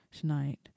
tonight